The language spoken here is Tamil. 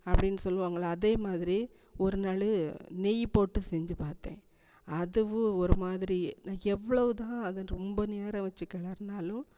அப்படின் சொல்லுவாங்கள்ல அதேமாதிரி ஒரு நாள் நெய் போட்டு செஞ்சு பார்த்தேன் அதுவும் ஒருமாதிரி நான் எவ்வளோதான் அதை ரொம்ப நேரம் வெச்சு கிளறினாலும்